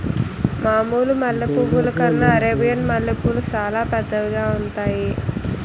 మామూలు మల్లె పువ్వుల కన్నా అరేబియన్ మల్లెపూలు సాలా పెద్దవిగా ఉంతాయి